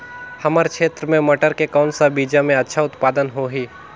हमर क्षेत्र मे मटर के कौन सा बीजा मे अच्छा उत्पादन होही?